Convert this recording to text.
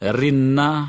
rinna